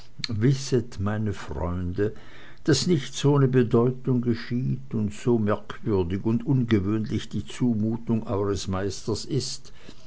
wisset meine freunde daß nichts ohne bedeutung geschieht und so merkwürdig und ungewöhnlich die zumutung eures meisters ist